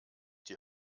die